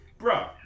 Bro